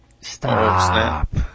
Stop